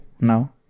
now